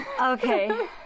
Okay